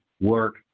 work